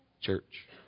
church